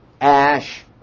ash